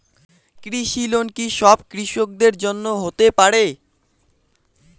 কৃষি লোন কি সব কৃষকদের জন্য হতে পারে?